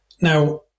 Now